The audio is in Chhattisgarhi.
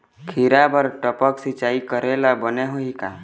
खिरा बर टपक सिचाई करे ले बने होही का?